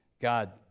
God